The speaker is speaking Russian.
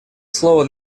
слово